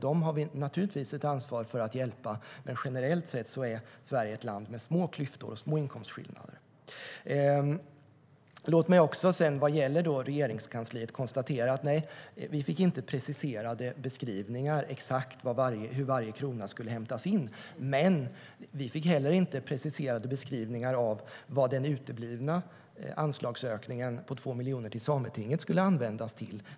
Dem har vi naturligtvis ett ansvar för att hjälpa, men generellt sett är Sverige ett land med små klyftor och små inkomstskillnader. Låt mig, vad gäller Regeringskansliet, konstatera att vi inte fick några preciserade beskrivningar exakt av hur varje krona skulle hämtas in. Men vi fick inte heller några preciserade beskrivningar av vad den uteblivna anslagsökningen på 2 miljoner till Sametinget skulle användas till.